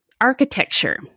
architecture